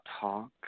talk